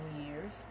years